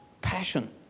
Passion